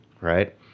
right